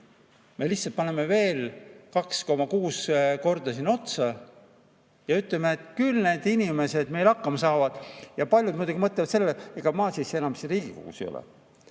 me lihtsalt paneme veel 2,6 korda sinna otsa ja ütleme, et küll need inimesed meil hakkama saavad. Paljud muidugi mõtlevad sellele, ega ma siis enam Riigikogus ei ole.